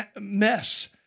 mess